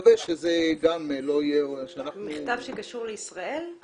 מכתב שקשור לישראל?